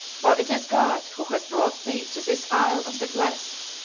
for it is god who has brought thee to this isle of the blest,